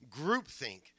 groupthink